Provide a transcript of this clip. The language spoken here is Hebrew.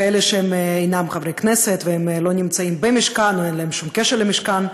כאלה שאינם חברי כנסת והם לא נמצאים במשכן או שאין להם שום קשר למשכן?